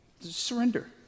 Surrender